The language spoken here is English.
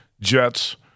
Jets